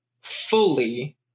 fully